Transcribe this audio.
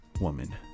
woman